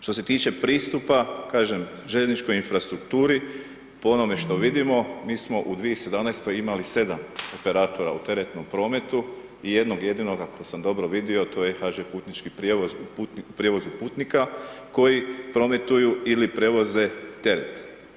Što se tiče pristupa, kažem željezničkoj infrastrukturi, prema onome što vidimo, mi smo u 2017. imali 7 operatora u teretnom prometu i jednog jedinog, ako sam dobro vidio, to je HŽ Putnički prijevoz u prijevozu putnika, koji prometuju ili prevoze teret.